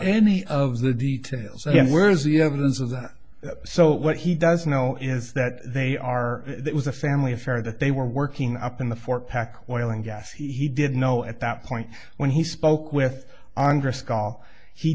any of the details and where's the evidence of that so what he does know is that they are it was a family affair that they were working up in the four pack wailing gas he didn't know at that point when he spoke with